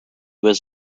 was